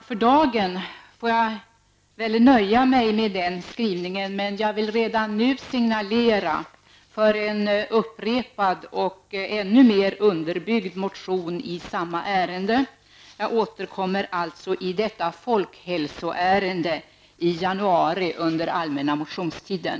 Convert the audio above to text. För dagen får jag nöja mig med den skrivningen, men jag vill redan nu signalera för en upprepad och ännu mer underbyggd motion i samma ärende. Jag återkommer alltså i detta folkhälsoärende i januari under allmänna motionstiden.